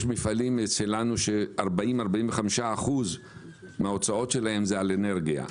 יש מפעלים שלנו ש-40%-45% מההוצאות שלהם הם על אנרגיה.